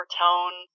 tone